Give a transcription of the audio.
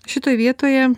šitoj vietoje